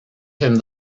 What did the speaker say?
him